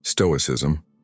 Stoicism